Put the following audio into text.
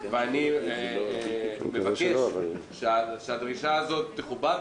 אני מבקש שהדרישה הזאת תכובד.